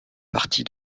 partie